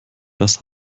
das